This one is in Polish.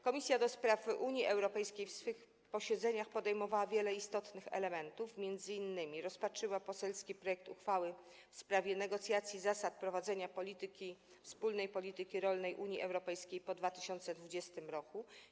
Komisja do Spraw Unii Europejskiej na swych posiedzeniach podejmowała wiele istotnych elementów, m.in. rozpatrzyła poselski projekt uchwały w sprawie negocjacji zasad prowadzenia wspólnej polityki rolnej Unii Europejskiej po 2020 r.